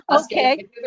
okay